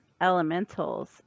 Elementals